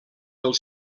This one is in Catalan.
del